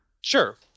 Sure